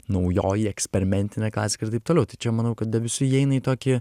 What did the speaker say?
naujoji eksperimentinė klasika ir taip toliau tai čia manau kad įeina į tokį